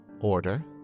Order